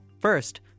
First